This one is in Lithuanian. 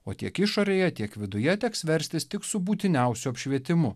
o tiek išorėje tiek viduje teks verstis tik su būtiniausiu apšvietimu